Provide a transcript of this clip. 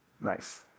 Nice